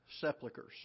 sepulchers